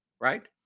right